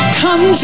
come